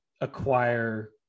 acquire